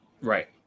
Right